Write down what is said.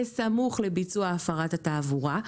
בסמוך לביצוע הפרת התעבורה.